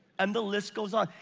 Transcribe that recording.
and the list goes on.